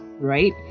right